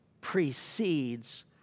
precedes